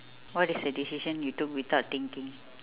what is the decision you took without thinking